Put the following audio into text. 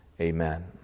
Amen